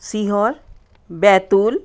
Sehore Betul